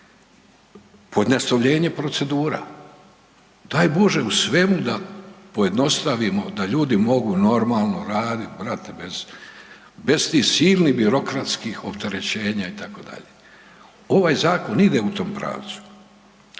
Pojednostavljenje procedura, daj Bože u svemu da pojednostavimo da ljudi mogu normalno raditi brate bez tih silnih birokratskih opterećenja itd. Ovaj zakon ide u tom pravcu.